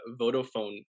Vodafone